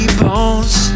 bones